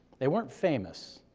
they weren't famous,